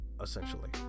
essentially